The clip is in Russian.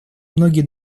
многие